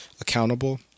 accountable